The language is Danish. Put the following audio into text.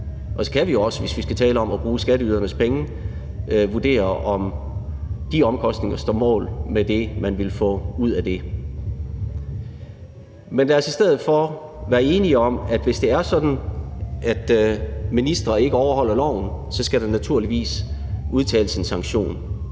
og så kan vi også, hvis vi skal tale om at bruge skatteydernes penge, vurdere, om de omkostninger står mål med det, man ville få ud af det. Men lad os i stedet for være enige om, at hvis det er sådan, at ministre ikke overholder loven, så skal der naturligvis udtales en sanktion.